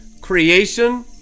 creation